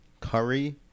Curry